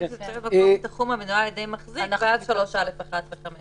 מקומות תחומים, גם עסקיים וגם לא עסקיים